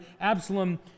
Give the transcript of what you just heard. Absalom